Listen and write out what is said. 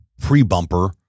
pre-bumper